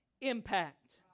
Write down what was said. impact